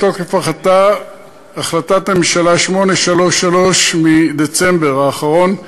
מתוקף החלטת ממשלה מס' 833 מדצמבר האחרון,